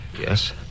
Yes